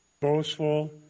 boastful